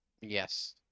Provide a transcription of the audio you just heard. Yes